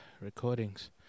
recordings